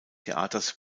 theaters